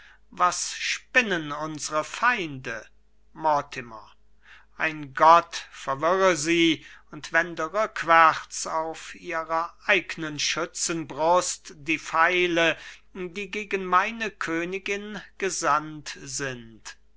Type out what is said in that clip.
was spinnen unsre feinde mortimer ein gott verwirre sie und wende rückwärts auf ihrer eignen schützen brust die pfeile die gegen meine königin gesandt sind